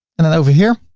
and then over here,